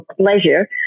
pleasure